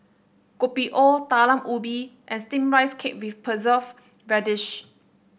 Kopi O Talam Ubi and steamed Rice Cake with preserve radish